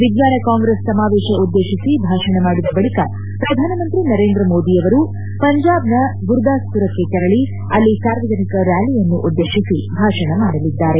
ವಿಜ್ಞಾನ ಕಾಂಗ್ರೆಸ್ ಸಮಾವೇಶ ಉದ್ದೇಶಿಸಿ ಭಾಷಣ ಮಾಡಿದ ಬಳಿಕ ಪ್ರಧಾನಮಂತ್ರಿ ನರೇಂದ್ರ ಮೋದಿಯವರು ಪಂಜಾಬ್ನ ಗುರುದಾಸ್ಪುರಕ್ಕೆ ತೆರಳಿ ಅಲ್ಲಿ ಸಾರ್ವಜನಿಕ ರ್ಯಾಲಿಯನ್ನು ಉದ್ದೇಶಿಸಿ ಭಾಷಣ ಮಾಡಲಿದ್ದಾರೆ